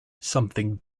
something